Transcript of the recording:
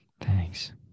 Thanks